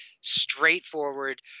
straightforward